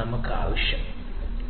നമുക്ക് ആവശ്യമാണ്